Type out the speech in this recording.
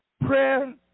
Prayer